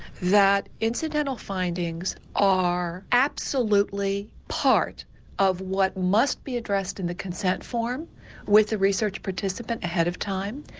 that incidental findings are absolutely part of what must be addressed in the consent form with the research participant ahead of time.